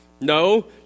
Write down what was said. No